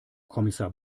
kommissar